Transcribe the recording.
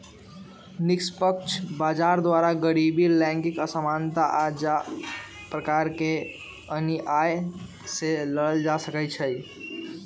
निष्पक्ष व्यापार द्वारा गरीबी, लैंगिक असमानता आऽ आन प्रकार के अनिआइ से लड़ल जा सकइ छै